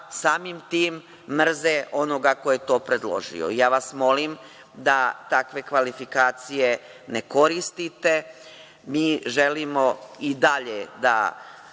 samim tim mrze onoga ko je to predložio. Ja vas molim da takve kvalifikacije ne koristite. Mi želimo i dalje da